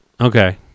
Okay